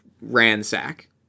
ransack